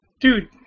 dude